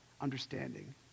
understanding